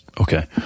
Okay